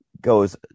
goes